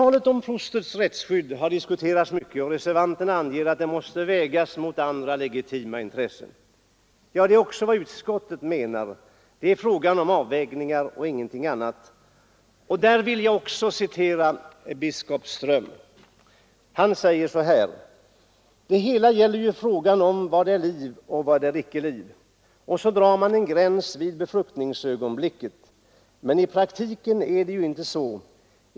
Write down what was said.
Fostrets rättsskydd har diskuterats mycket, och reservanterna anser att det måste vägas mot andra legitima intressen. Ja, det är också vad utskottet menar — det är fråga om avvägningar och ingenting annat. Där vill jag även citera biskop Ström. Han säger: ”DET HELA gäller ju frågan: vad är liv och vad är icke liv. Och så drar man en enda gräns, vid befruktningsögonblicket. Men i praktiken är det ju inte så.